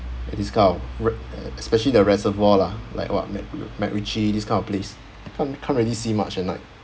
like this kind of re~ uh especially the reservoir lah like what mac~ macritchie this kind of place can't can't really see much at night